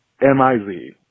M-I-Z